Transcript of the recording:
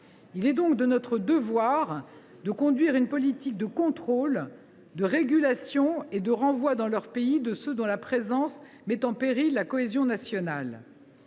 Il est donc de notre devoir de conduire une politique de contrôle, de régulation et de renvoi dans leur pays de ceux dont la présence met en péril la cohésion nationale.